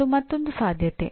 ಅದು ಮತ್ತೊಂದು ಸಾಧ್ಯತೆ